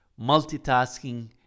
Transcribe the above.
Multitasking